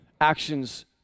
actions